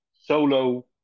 solo